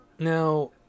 Now